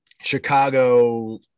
Chicago